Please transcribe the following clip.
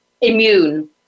immune